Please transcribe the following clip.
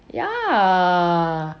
ya